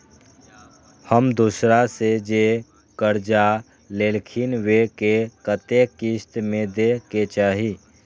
हम दोसरा से जे कर्जा लेलखिन वे के कतेक किस्त में दे के चाही?